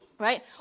right